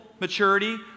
maturity